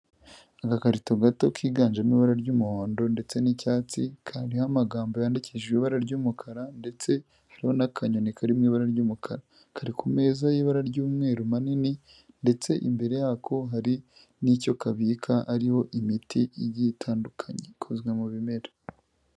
Agakarito gato kiganjemo ibara ry'umuhondo ndetse n'icyatsi, kariho amagambo yandikishije ibara ry'umukara ndetse hariho n'akanyoni kari mu ibara ry'umukara, kari ku meza y'ibara ry'umweru manini ndetse imbere yako hari n'icyo kabika. Hariho imiti igiye itandukanye ikozwe mu bimera.